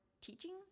teaching